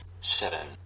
seven